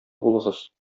булыгыз